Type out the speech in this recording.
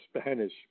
Spanish